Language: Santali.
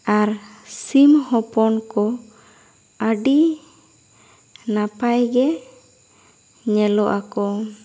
ᱟᱨ ᱥᱤᱢ ᱦᱚᱯᱚᱱ ᱠᱚ ᱟᱹᱰᱤ ᱱᱟᱯᱟᱭ ᱜᱮ ᱧᱮᱞᱚᱜ ᱟᱠᱚ